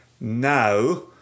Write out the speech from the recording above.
Now